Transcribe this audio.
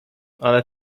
ale